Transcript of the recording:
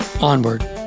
Onward